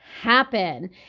happen